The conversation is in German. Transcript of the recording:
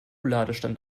ladestand